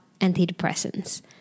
antidepressants